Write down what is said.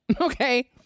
Okay